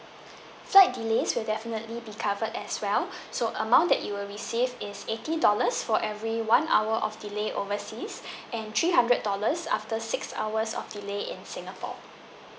flight delays will definitely be covered as well so amount that you will receive is eighty dollars for every one hour of delay overseas and three hundred dollars after six hours of delay in singapore